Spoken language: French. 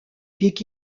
pic